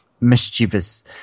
mischievous